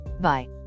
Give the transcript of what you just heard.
bye